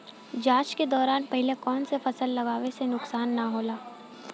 जाँच के दौरान पहिले कौन से फसल लगावे से नुकसान न होला?